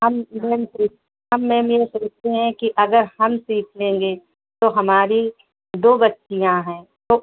हम मैम सोच हम मैम ये सोचते हैं कि अगर हम सीख लेंगे तो हमारी दो बच्चियाँ है तो